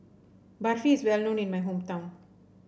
barfi is well known in my hometown